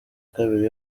kabiri